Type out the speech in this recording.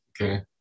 Okay